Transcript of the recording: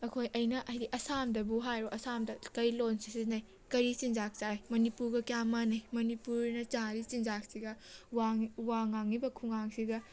ꯑꯩꯈꯣꯏ ꯑꯩꯅ ꯍꯥꯏꯕꯗꯤ ꯑꯁꯥꯝꯗꯕꯨ ꯍꯥꯏꯔꯣ ꯑꯁꯥꯝꯗ ꯀꯩ ꯂꯣꯟ ꯁꯤꯖꯤꯟꯅꯩ ꯀꯔꯤ ꯆꯤꯟꯖꯥꯛ ꯆꯥꯏ ꯃꯅꯤꯄꯨꯔꯒ ꯀꯌꯥꯝ ꯃꯥꯟꯅꯩ ꯃꯅꯤꯄꯨꯔꯅ ꯆꯥꯔꯤ ꯆꯤꯟꯖꯥꯁꯤꯛꯒ ꯋꯥ ꯉꯥꯡꯉꯤꯕ ꯈꯨꯉꯥꯡꯁꯤꯒ